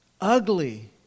ugly